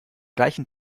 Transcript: gleichen